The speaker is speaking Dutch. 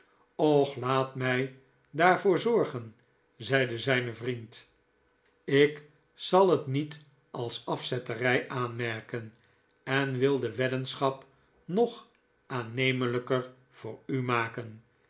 och laat mij daarvoor zorgen zeide zijn vriend ik zal het niet als afzetterij aanmerken en wil de weddenschap nog aannemelijker voor u maken